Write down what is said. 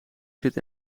zit